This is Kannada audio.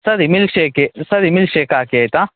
ಸರಿ ಮಿಲ್ಕ್ ಶೇಕೆ ಸರಿ ಮಿಲ್ಕ್ಶೇಕ್ ಹಾಕಿ ಆಯಿತ